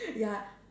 ya